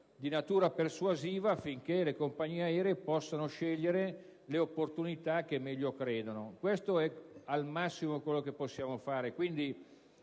di natura persuasiva affinché le compagnie aeree possano scegliere le opportunità che meglio credono. Questo è quanto al massimo possiamo fare: quindi,